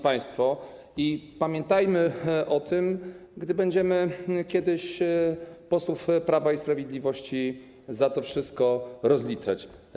Pamiętajmy o tym, gdy będziemy kiedyś posłów Prawa i Sprawiedliwości za to wszystko rozliczać.